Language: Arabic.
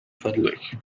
فضلك